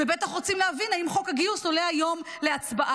ובטח רוצים להבין האם חוק הגיוס עולה היום להצבעה.